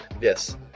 Yes